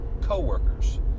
coworkers